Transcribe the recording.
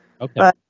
Okay